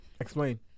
explain